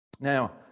Now